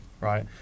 right